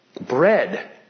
bread